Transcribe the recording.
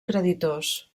creditors